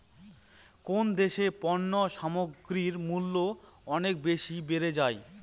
কোন দেশে পণ্য সামগ্রীর মূল্য অনেক বেশি বেড়ে যায়?